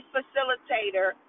facilitator